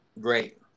Great